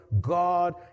God